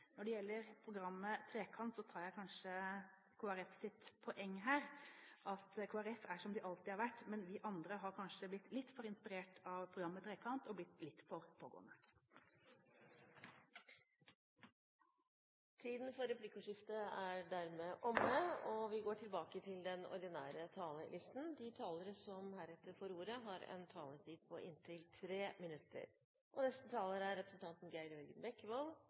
Når det gjelder programmet Trekant, tar jeg kanskje Kristelig Folkepartis poeng her, at Kristelig Folkeparti er som de alltid har vært, men vi andre har kanskje blitt litt for inspirert av programmet Trekant og blitt litt for pågående. Replikkordskiftet er dermed omme. De talere som heretter får ordet, har en taletid på inntil 3 minutter. Er det noe frivillig sektor er